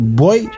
boy